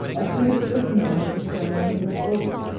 as soon as it was known that the ceremony was over,